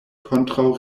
kontraŭ